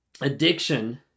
addiction